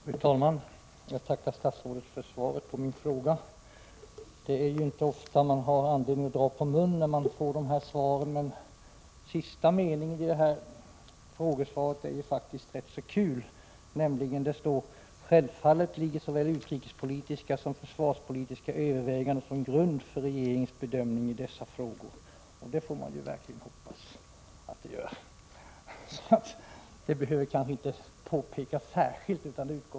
Fru talman! Jag tackar statsrådet för svaret på min fråga. Det är ju inte ofta man har anledning att dra på mun när man får svar, men sista meningen i detta frågesvar är ju faktiskt rätt så kul: ”Självfallet ligger såväl utrikespolitiska som försvarspolitiska överväganden som grund för regeringens bedömning av dessa frågor.” Ja, det får man ju verkligen hoppas, och det behöver kanske inte påpekas särskilt.